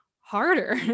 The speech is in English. harder